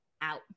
out